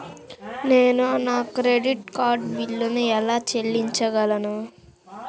నేను నా credit card బిల్లును ఎలా చెల్లించగలను?